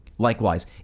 Likewise